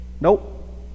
Nope